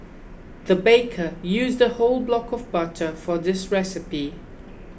the baker used a whole block of butter for this recipe